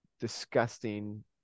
disgusting